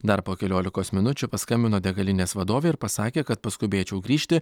dar po keliolikos minučių paskambino degalinės vadovė ir pasakė kad paskubėčiau grįžti